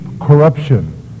corruption